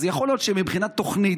אז יכול להיות שמבחינת תוכנית,